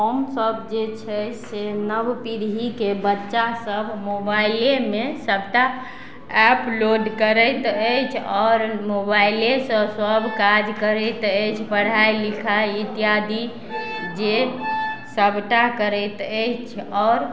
हमसब जे छै से नव पीढ़ीके बच्चा सभ मोबाइलेमे सभटा एप लोड करैत अछि आओर मोबाइलेसँ सभ काज करैत अछि पढ़ाइ लिखाइ इत्यादि जे सभटा करैत अछि आओर